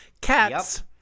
cats